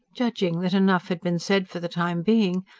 judging that enough had been said for the time being,